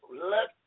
let